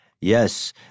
Yes